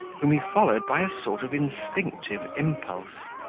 whom he followed by a sort of instinctive impulse,